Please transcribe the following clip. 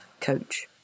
coach